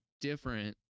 different